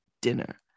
dinner